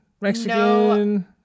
Mexican